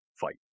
fight